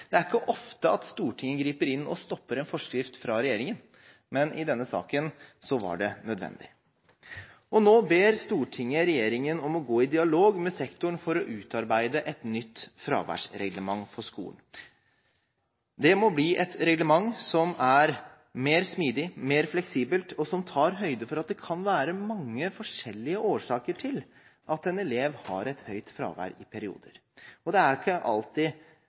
Det er ikke ofte Stortinget griper inn og stopper en forskrift fra regjeringen, men i denne saken var det nødvendig. Nå ber Stortinget regjeringen om å gå i dialog med sektoren for å utarbeide et nytt fraværsreglement for skolen. Det må bli et reglement som er mer smidig, mer fleksibelt og som tar høyde for at det kan være mange forskjellige årsaker til at en elev har et høyt fravær i perioder. Det er ikke alltid